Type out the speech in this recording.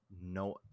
no